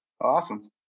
Awesome